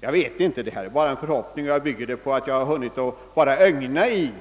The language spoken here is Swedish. Detta är emellertid bara förhoppningar, som jag hyser efter att endast ha hunnit ögna i